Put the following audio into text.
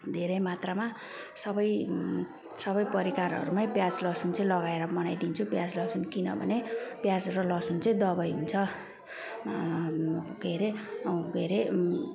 धेरै मात्रामा सबै सबै परिकारहरूमै प्याज लहसुन चाहिँ लगाएर बनाइदिन्छु प्याज लहसुन किनभने प्याज र लहसुन चाहिँ दबाई हुन्छ के अरे के अरे